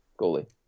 goalie